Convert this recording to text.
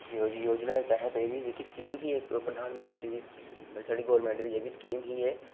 योजी योजना दे तैह्त एह् जेह्की स्कीम ही इक प्रधान मंत्री दी मतलब साढ़ी गोरमैंट दी जेह्की स्कीम ही एह्